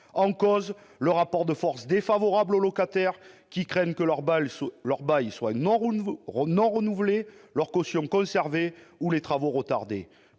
En cause, le rapport de force défavorable aux locataires, qui craignent que leur bail soit non renouvelé, leur caution conservée ou les travaux retardés.